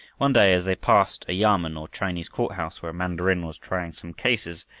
one day, as they passed a yamen or chinese court-house where a mandarin was trying some cases,